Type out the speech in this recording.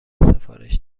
سفارش